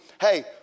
hey